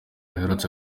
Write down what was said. aherutse